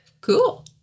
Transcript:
Cool